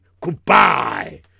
Goodbye